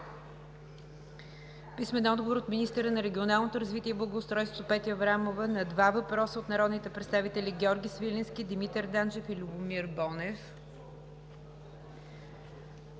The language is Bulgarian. Христо Грудев; - министъра на регионалното развитие и благоустройството Петя Аврамова на два въпроса от народните представители Георги Свиленски, Димитър Данчев и Любомир Бонев;